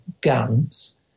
guns